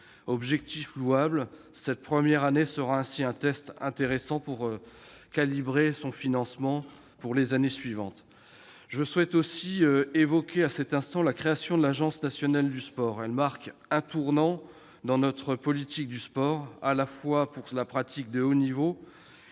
C'est louable. Cette première année sera un test intéressant, afin de calibrer les financements pour les années suivantes. Je souhaite évoquer la création de l'Agence nationale du sport. Elle marque un tournant dans notre politique du sport, à la fois pour la pratique de haut niveau